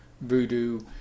voodoo